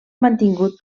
mantingut